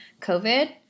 COVID